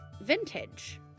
vintage